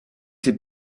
ses